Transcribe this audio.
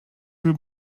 will